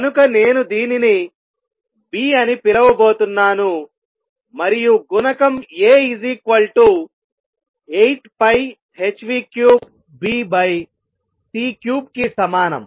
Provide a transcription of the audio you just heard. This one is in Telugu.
కనుక నేను దీనిని B అని పిలవబోతున్నాను మరియు గుణకం A 8πh3Bc3 కి సమానం